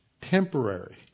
temporary